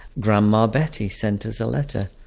grandma betty sent us a letter.